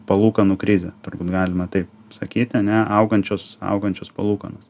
palūkanų krizė galima taip sakyti ane augančios augančios palūkanos